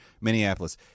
Minneapolis